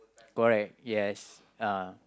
correct yes uh